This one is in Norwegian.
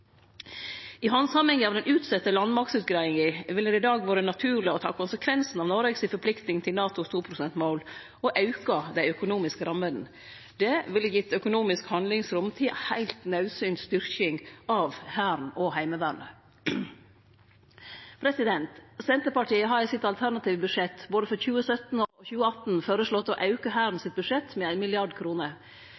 I handsaminga av den utsette landmaktutgreiinga ville det i dag vore naturleg å ta konsekvensen av Noreg si forplikting til NATOs 2-prosentmål og auke dei økonomiske rammene. Det ville gitt økonomisk handlingsrom til ei heilt naudsynt styrking av Hæren og Heimevernet. Senterpartiet har i sitt alternative budsjett for både 2017 og 2018 føreslått å auke Hæren